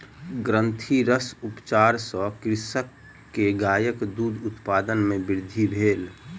ग्रंथिरस उपचार सॅ कृषक के गायक दूध उत्पादन मे वृद्धि भेल